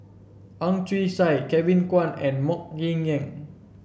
Ang Chwee Chai Kevin Kwan and MoK Ying Jang